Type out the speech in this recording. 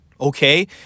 Okay